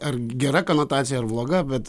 ar gera konotacija ar bloga bet